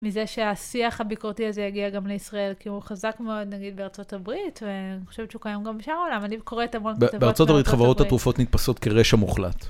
מזה שהשיח הביקורתי הזה יגיע גם לישראל, כי הוא חזק מאוד נגיד בארצות הברית, ואני חושבת שהוא קיים גם בשאר העולם, ואני קוראת את המון כתבות. - בארצות הברית חברות התרופות נתפסות כרשע מוחלט.